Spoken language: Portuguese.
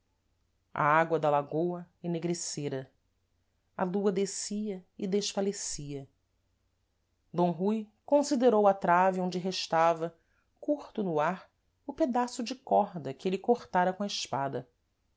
a água da lagôa ennegrecera a lua descia e desfalecia d rui considerou a trave onde restava curto no ar o pedaço de corda que êle cortara com a espada